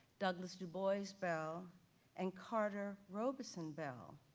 douglas dubois bell and carter robeson bell.